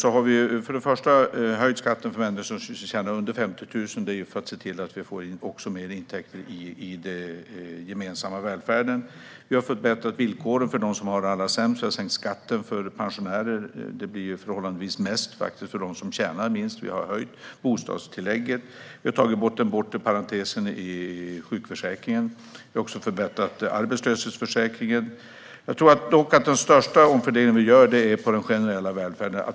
Vi har till exempel höjt skatten för människor som tjänar under 50 000, för att se till att vi får mer intäkter till den gemensamma välfärden. Vi har förbättrat villkoren för dem som har det allra sämst. Vi har sänkt skatten för pensionärer. Det blir förhållandevis störst skillnad för dem som tjänar minst. Vi har höjt bostadstillägget. Vi har tagit bort den bortre parentesen i sjukförsäkringen, och vi har även förbättrat arbetslöshetsförsäkringen. Jag tror dock att den största omfördelningen som vi gör är den som rör den generella välfärden.